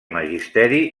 magisteri